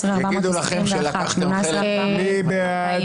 18,101 עד 18,120. מי בעד?